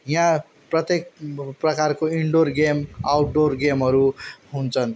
यहाँ प्रत्येक प्रकारको उन्डोर गेम आउटडोर गेमहरू हुन्छन्